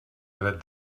dret